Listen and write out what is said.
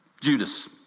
Judas